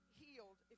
healed